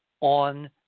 on